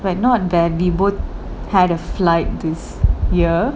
but not that we both had a flight this year